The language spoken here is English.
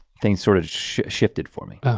things sort of shifted for me.